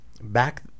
back